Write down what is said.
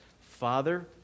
Father